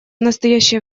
настоящее